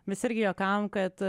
mes irgi juokavom kad